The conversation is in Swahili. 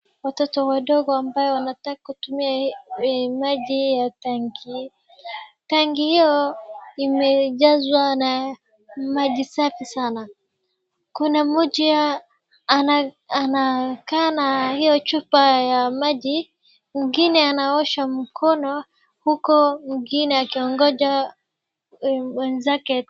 Watoto wadogo ambao wanataka kutumia hii maji ya tanki. Tangi hiyo imejazwa na maji safi sana. Kuna moja ana anakaa na hiyo chupa ya maji, mwingine anaosha mkono huko mwingine akiwangoja wenzake.